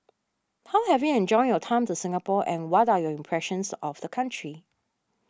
how have you enjoyed your time to Singapore and what are your impressions of the country